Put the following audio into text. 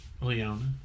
Leona